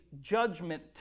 judgment